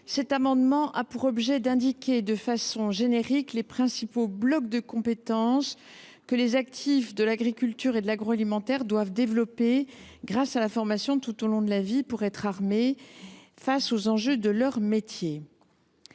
amendement a pour objet d’indiquer, de façon générique, les principaux blocs de compétences que les actifs de l’agriculture et de l’agroalimentaire doivent développer grâce à la formation tout au long de la vie, pour être armés face aux enjeux de leur métier.